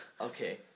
Okay